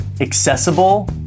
accessible